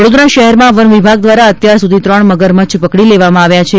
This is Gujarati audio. વડોદરા શહેરમાં વન વિભાગ દ્વારા અત્યાર સુધી ત્રણ મગર મચ્છ પકડી લેવામાં આવ્યા છે